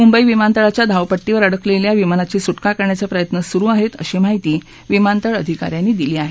मुंबई विमानतळाच्या धावपट्टीवर अडकलेल्या विमानाची सुटका करण्याचे प्रयत्न सुरु आहेत अशी माहिती विमानतळ अधिकाऱ्यांनी दिली आहे